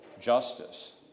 justice